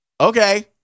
Okay